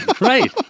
right